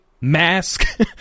mask